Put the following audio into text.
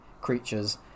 creatures